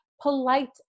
Polite